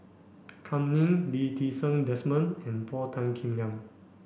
Kam Ning Lee Ti Seng Desmond and Paul Tan Kim Liang